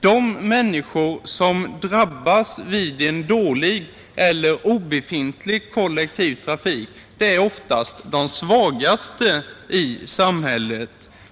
De människor som drabbas av en dålig eller obefintlig kollektiv trafik är oftast de svagaste i samhället.